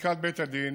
מפסיקת בית הדין